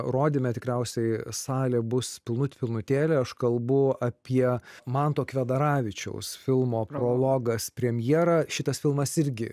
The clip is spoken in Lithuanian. rodymo tikriausiai salė bus pilnut pilnutėlė aš kalbu apie manto kvedaravičiaus filmo prologas premjera šitas filmas irgi